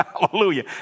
Hallelujah